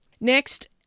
Next